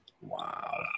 Wow